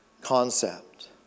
concept